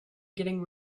getting